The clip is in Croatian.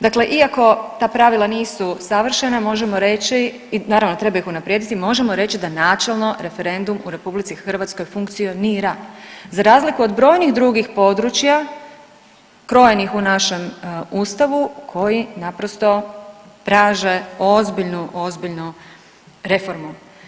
Dakle, iako ta pravila nisu savršena možemo reći, naravno treba ih unaprijediti, možemo reći da načelno referendum u RH funkcionira za razliku od brojnih drugih područja krojenih u našem Ustavu koji naprosto traže ozbiljnu, ozbiljnu reformu.